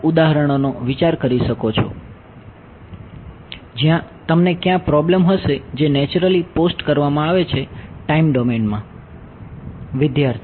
વિદ્યાર્થી